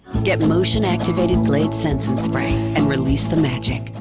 get motion-activated glade sensor spray and release the magic.